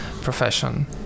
profession